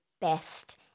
best